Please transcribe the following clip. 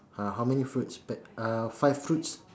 uh how many fruits but uh five fruits